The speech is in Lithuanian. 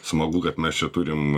smagu kad mes čia turim